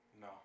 No